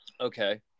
Okay